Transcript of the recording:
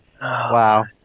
Wow